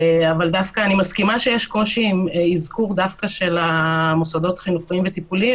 אבל אני מסכימה שיש קושי עם אזכור דווקא של מוסדות חינוכיים וטיפוליים,